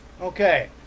okay